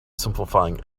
simplifying